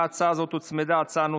להצעה הזאת הוצמדה הצעה.